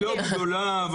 היחידה הזאת לא גדולה,